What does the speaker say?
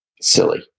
Silly